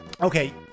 okay